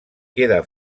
queda